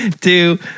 Two